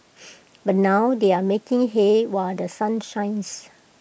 but now they are making hay while The Sun shines